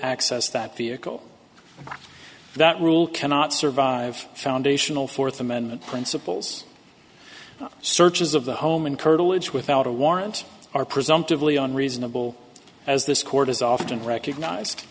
access that vehicle that rule cannot survive foundational fourth amendment principles searches of the home and curtilage without a warrant are presumptively unreasonable as this court has often recognized